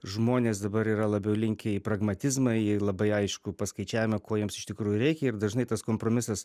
žmonės dabar yra labiau linkę į pragmatizmą į labai aiškų paskaičiavimą ko jiems iš tikrųjų reikia ir dažnai tas kompromisas